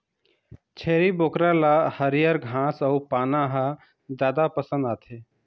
छेरी बोकरा ल हरियर घास अउ पाना ह जादा पसंद आथे